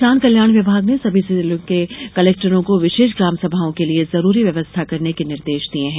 किसान कल्याण विभाग ने सभी जिलों के कलेक्टरों को विशेष ग्राम सभाओं के लिए जरूरी व्यवस्था करने के निर्देश दिये हैं